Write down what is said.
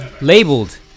Labeled